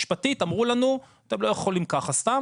משפטית אמרו לנו, אתם לא יכולים ככה סתם.